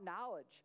knowledge